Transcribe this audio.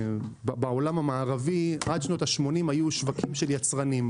בעולם המערבי עד שנות ה-80 היו שווקים של יצרנים.